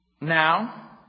Now